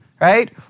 right